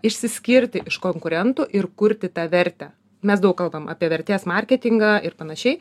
išsiskirti iš konkurentų ir kurti tą vertę mes daug kalbam apie vertės marketingą ir panašiai